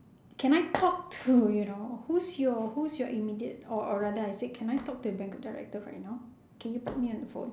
can I talk to you know who's your who's your immediate or or rather I said can I talk to your banquet director right now can you put me on the phone